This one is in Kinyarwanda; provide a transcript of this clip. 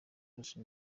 close